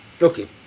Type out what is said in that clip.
Okay